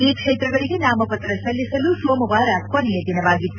ಈ ಕ್ಷೇತ್ರಗಳಿಗೆ ನಾಮಪತ್ರ ಸಲ್ಲಿಸಲು ಸೋಮವಾರ ಕೊನೆ ದಿನವಾಗಿತ್ತು